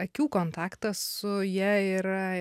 akių kontaktas su ja yra